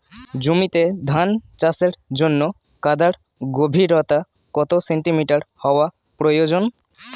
জমিতে ধান চাষের জন্য কাদার গভীরতা কত সেন্টিমিটার হওয়া প্রয়োজন?